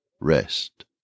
rest